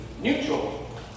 neutral